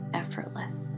effortless